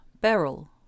Beryl